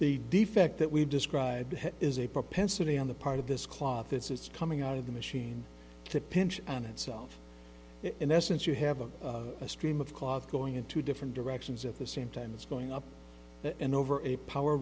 the defect that we've described is a propensity on the part of this cloth it's coming out of the machine that pinch on itself in essence you have a stream of clogged going in two different directions at the same time it's going up and over a power